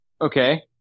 Okay